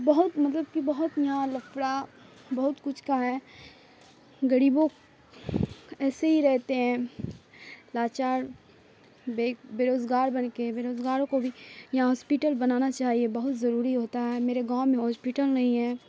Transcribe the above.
بہت مطلب کہ بہت یہاں لفڑا بہت کچھ کا ہے غریبوں ایسے ہی رہتے ہیں لاچار بے روزگار بن کے بے روزگاروں کو بھی یہاں ہاسپیٹل بنانا چاہیے بہت ضروری ہوتا ہے میرے گاؤں میں ہاسپٹل نہیں ہے